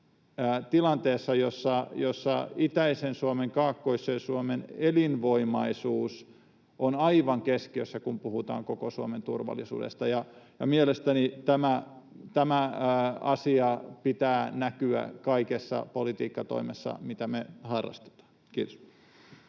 tilanteessa, jossa itäisen Suomen, kaakkoisen Suomen elinvoimaisuus on aivan keskiössä, kun puhutaan koko Suomen turvallisuudesta, ja mielestäni tämän asian pitää näkyä kaikessa politiikkatoimessa, mitä me harrastetaan. — Kiitos.